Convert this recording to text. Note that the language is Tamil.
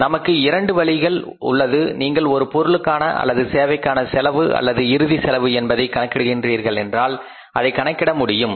இங்கு நமக்கு இரண்டு வழிகள் உள்ளது நீங்கள் ஒரு பொருளுக்கான அல்லது சேவைக்கான செலவு அல்லது இறுதி செலவு என்பதை கணக்கிடுகின்றீர்களென்றால் அதை கணக்கிட முடியும்